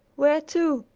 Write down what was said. where to?